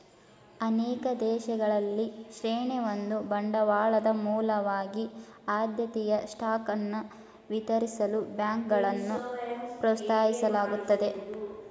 ಅನೇಕ ದೇಶಗಳಲ್ಲಿ ಶ್ರೇಣಿ ಒಂದು ಬಂಡವಾಳದ ಮೂಲವಾಗಿ ಆದ್ಯತೆಯ ಸ್ಟಾಕ್ ಅನ್ನ ವಿತರಿಸಲು ಬ್ಯಾಂಕ್ಗಳನ್ನ ಪ್ರೋತ್ಸಾಹಿಸಲಾಗುತ್ತದೆ